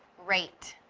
rate,